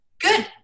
good